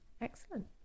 excellent